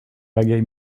reggae